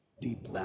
deep